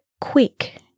quick